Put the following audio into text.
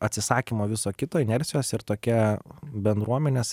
atsisakymo viso kito inercijos ir tokia bendruomenės